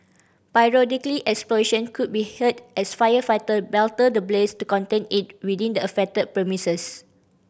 periodically explosion could be heard as firefighter battle the blaze to contain it within the affected premises